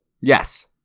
Yes